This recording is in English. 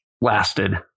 lasted